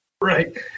right